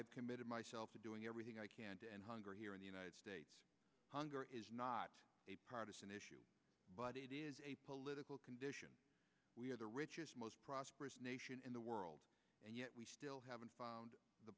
have committed myself to doing everything i can to end hunger here in the united states hunger is not a partisan issue but a political condition we're the richest most prosperous nation in the world and yet we still haven't found the